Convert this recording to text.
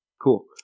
Cool